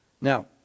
now